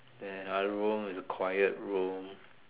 then another room is a quiet room